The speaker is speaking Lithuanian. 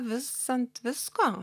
vis ant visko